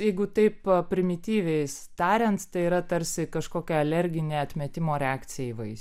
jeigu taip primityviais tariant tai yra tarsi kažkokia alerginė atmetimo reakcija į vaisių